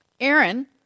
Aaron